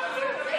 אתה מבזה